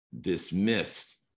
dismissed